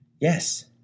Yes